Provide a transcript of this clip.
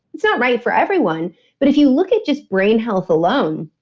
it's not right for everyone but if you look at just brain health alone,